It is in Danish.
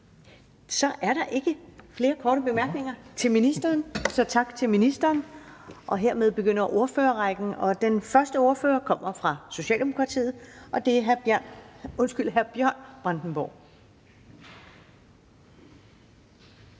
Så er der ikke flere korte bemærkninger til ministeren. Jeg siger tak til ministeren. Hermed begynder ordførerrækken, og den første ordfører kommer fra Socialdemokratiet, og det er hr. Bjørn Brandenborg.